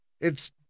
It's